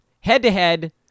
head-to-head